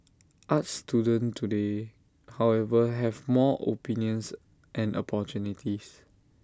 arts students today however have more opinions and opportunities